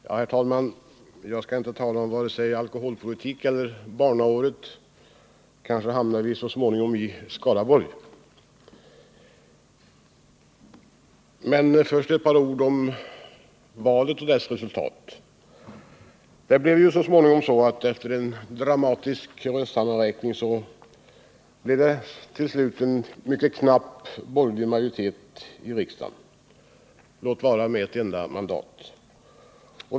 Herr talman! Jag skall inte tala om vare sig alkoholpolitik eller barnåret. Kanske hamnar vi så småningom i Skaraborg. Först några ord om valet och dess resultat. Efter en dramatisk röstsammanräkning blev det till slut en mycket knapp borgerlig majoritet i riksdagen — med ett enda mandats övervikt.